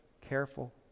careful